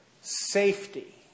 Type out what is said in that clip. safety